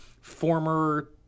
former